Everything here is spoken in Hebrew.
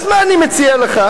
אז מה אני מציע לך?